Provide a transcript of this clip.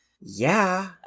Yeah